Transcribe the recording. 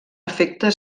efecte